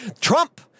Trump